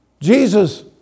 Jesus